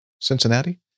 Cincinnati